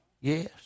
Yes